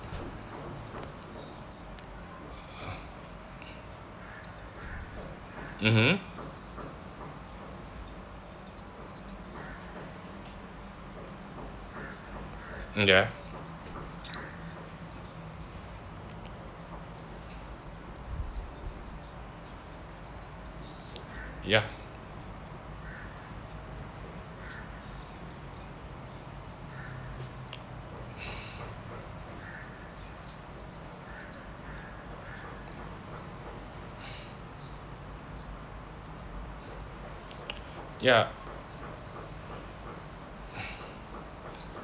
mmhmm ya ya ya